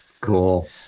Cool